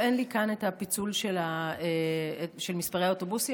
אין לי כאן פיצול של מספרי האוטובוסים.